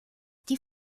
die